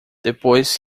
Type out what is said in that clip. depois